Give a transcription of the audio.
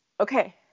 okay